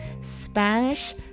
Spanish